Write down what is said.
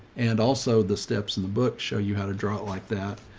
and also the steps in the book show you how to draw it like that.